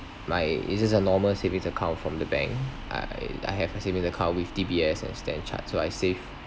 my it is a normal savings account from the bank I I have a savings account with D_B_S and Standard Chartered so I save